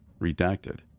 Redacted